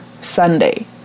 Sunday